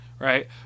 right